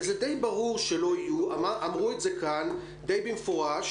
זה די ברור שלא יהיו אמרו את זה כאן די במפורש